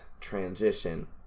transition